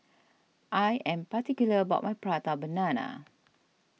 I am particular about my Prata Banana